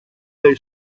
they